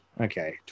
Okay